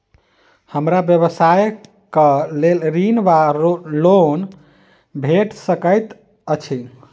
हमरा व्यवसाय कऽ लेल ऋण वा लोन भेट सकैत अछि?